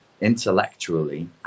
intellectually